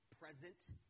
present